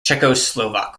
czechoslovak